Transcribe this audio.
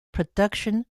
production